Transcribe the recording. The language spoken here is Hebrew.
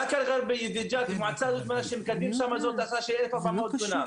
באקה אל גרבייה וג'ת מה שמקדמים שם זאת --- של 1,400 דונם.